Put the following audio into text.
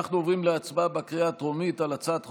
אנחנו עוברים להצבעה בקריאה הטרומית על הצעת חוק-יסוד: